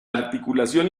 articulación